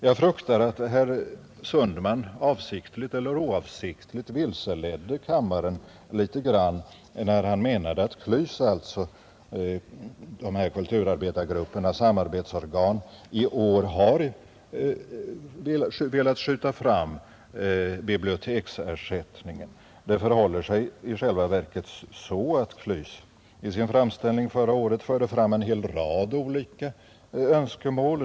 Jag fruktar att herr Sundman avsiktligt eller oavsiktligt vilseledde kammaren lite grand när man menade att KLYS, dvs. dessa kulturarbetargruppers samarbetsorgan, i år har velat skjuta fram biblioteksersättningen. Det förhåller sig i själva verket så att KLYS i sin framställning förra året förde fram en hel rad olika önskemål.